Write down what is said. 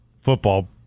football